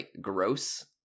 gross